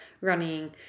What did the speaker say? running